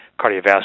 cardiovascular